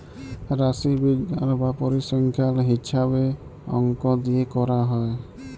রাশিবিজ্ঞাল বা পরিসংখ্যাল হিছাবে অংক দিয়ে ক্যরা হ্যয়